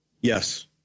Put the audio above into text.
Yes